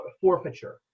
forfeiture